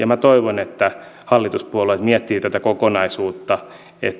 minä toivon että hallituspuolueet miettivät tätä kokonaisuutta